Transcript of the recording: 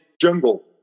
jungle